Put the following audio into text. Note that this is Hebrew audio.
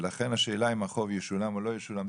ולכן השאלה אם החוב ישולם או לא ישולם,